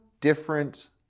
different